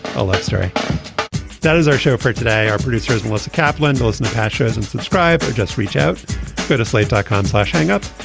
a love story that is our show for today our producers melissa kaplan and patches and subscribe or just reach out so to slate dot com flash hang up.